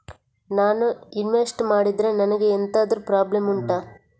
ನಾನು ಇನ್ವೆಸ್ಟ್ ಮಾಡಿದ್ರೆ ನನಗೆ ಎಂತಾದ್ರು ಪ್ರಾಬ್ಲಮ್ ಉಂಟಾ